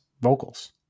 vocals